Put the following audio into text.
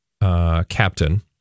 Captain